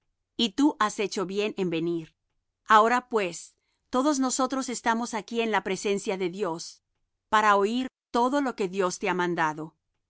y tú has hecho bien en venir ahora pues todos nosotros estamos aquí en la presencia de dios para oir todo lo que dios te ha mandado